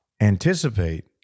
anticipate